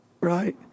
right